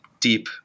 deep